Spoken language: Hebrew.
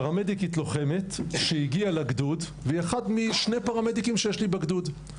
פרמדיקית לוחמת שהגיעה לגדוד והיא אחת משני פרמדיקים שיש לי בגדוד.